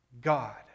God